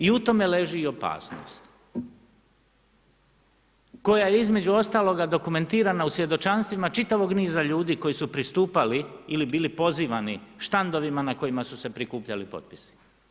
I u tome leži i opasnost koja je između ostaloga dokumentirana u svjedočanstvima čitavog niza ljudi koji su pristupali ili bili pozivani štandovima na kojima su se prikupljali potpisi.